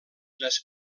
les